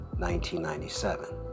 1997